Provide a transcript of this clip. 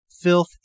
filth